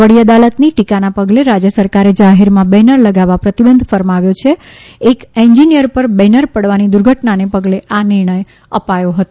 વડી દાલતની ટીકાના પગલે રાજ્ય સરકારે જાહેરમાં બેનર લગાવવા પ્રતિબંધ ફરમાવ્યો છે એક એન્જીનીયર પર બેનર પડવાની દુર્ધટનાને પગલે આ નિર્ણય આપ્યો હતો